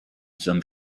some